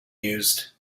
mused